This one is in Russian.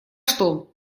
что